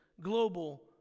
global